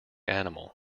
animal